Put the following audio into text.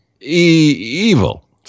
evil